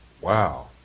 Wow